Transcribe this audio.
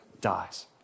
dies